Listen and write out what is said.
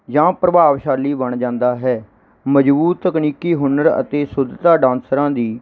ਜਾਂ ਪ੍ਰਭਾਵਸ਼ਾਲੀ ਬਣ ਜਾਂਦਾ ਹੈ ਮਜ਼ਬੂਤ ਤਕਨੀਕੀ ਹੁਨਰ ਅਤੇ ਸ਼ੁੱਧਤਾ ਡਾਂਸਰਾਂ ਦੀ